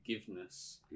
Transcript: forgiveness